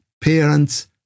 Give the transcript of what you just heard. parents